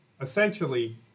Essentially